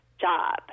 job